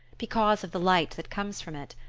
because of the light that comes from it,